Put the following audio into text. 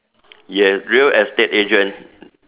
yes real estate agent